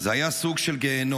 "זה היה סוג של גיהינום.